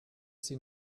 sie